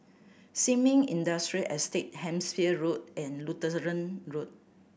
Sin Ming Industrial Estate Hampshire Road and Lutheran Road